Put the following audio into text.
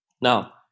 Now